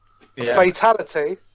Fatality